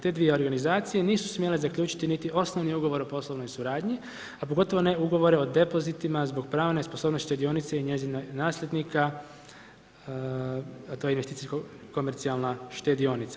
Te dvije organizacije nisu smjele zaključiti niti osnovni ugovor o poslovnoj suradnji, a pogotovo ne ugovore o depozitima zbog pravne sposobnosti štedionice i njezinog nasljednika, a to je investicijsko komercijalna štedionica.